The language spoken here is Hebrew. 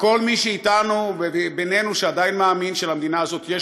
וכל מי שאתנו ובינינו שעדיין מאמין שלמדינה הזאת יש